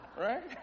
Right